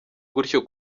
gutyo